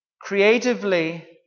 creatively